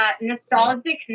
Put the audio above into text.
nostalgic